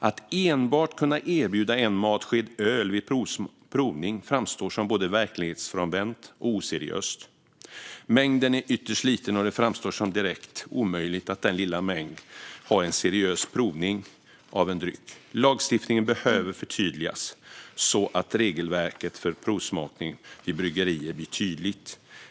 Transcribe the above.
Att enbart kunna erbjuda en matsked öl vid en provning framstår som både verklighetsfrånvänt och oseriöst. Mängden är ytterst liten, och det framstår som direkt omöjligt att med denna lilla mängd ha en seriös provning av en dryck. Lagstiftningen behöver förtydligas så att regelverket för provsmakning vid bryggerier blir tydligt.